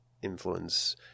influence